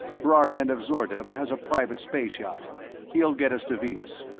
brarnend of zorda has a private space yacht he'll get us to venus.